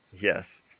Yes